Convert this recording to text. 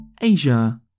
Asia